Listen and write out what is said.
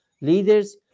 leaders